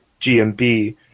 GMB